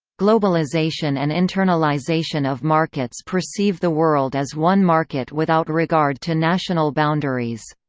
globalization and internalization of markets perceive the world as one market without regard to national boundaries.